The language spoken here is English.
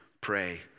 Pray